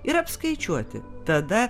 ir apskaičiuoti tada